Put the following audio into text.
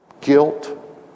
guilt